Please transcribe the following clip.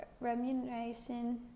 remuneration